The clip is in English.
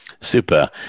Super